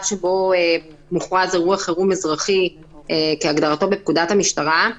שבו מוכרז אירוע חירום אזרחי כהגדרתו בפקודת המשטרה.